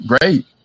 great